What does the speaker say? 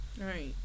Right